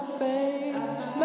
face